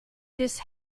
this